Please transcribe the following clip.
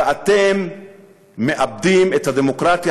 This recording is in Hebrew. ואתם מאבדים את הדמוקרטיה,